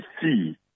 see